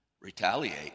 retaliate